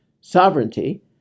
Sovereignty